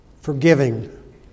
forgiving